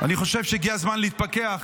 אני חושב שהגיע הזמן להתפכח.